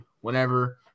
whenever